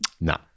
No